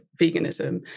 veganism